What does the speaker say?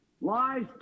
Lies